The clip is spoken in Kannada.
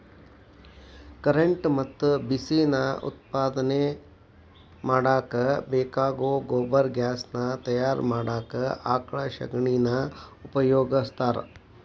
ಕರೆಂಟ್ ಮತ್ತ ಬಿಸಿ ನಾ ಉತ್ಪಾದನೆ ಮಾಡಾಕ ಬೇಕಾಗೋ ಗೊಬರ್ಗ್ಯಾಸ್ ನಾ ತಯಾರ ಮಾಡಾಕ ಆಕಳ ಶಗಣಿನಾ ಉಪಯೋಗಸ್ತಾರ